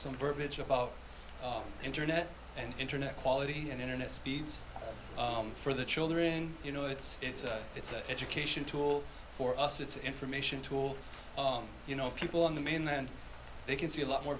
some verbiage about internet and internet quality and internet speeds for the children you know it's it's it's an education tool for us it's information tool you know people on the mainland they can see a lot more